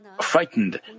frightened